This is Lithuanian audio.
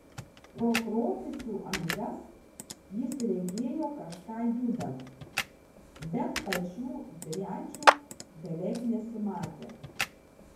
pro trobesių angas jis regėjo kažką judant bet pačių driadžių beveik nesimatė